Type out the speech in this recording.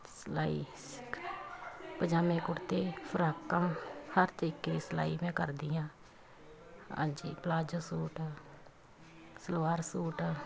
ਸਿਲਾਈ ਪਜਾਮੇ ਕੁੜਤੇ ਫਰਾਕਾਂ ਹਰ ਤਰੀਕੇ ਸਿਲਾਈ ਮੈਂ ਕਰਦੀ ਹਾਂ ਹਾਂਜੀ ਪਲਾਜੋ ਸੂਟ ਸਲਵਾਰ ਸੂਟ